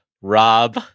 Rob